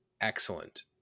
excellent